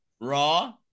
Raw